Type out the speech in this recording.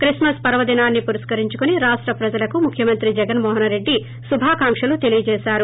క్రిస్కస్ పర్వదినాన్ని పురస్కరించుకుని రాష్ట ప్రజలకు ముఖ్యమంత్రి జగన్మోహన్రెడ్డి శుభాకాంక్షలు తెలీయజేశారు